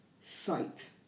sight